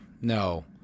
No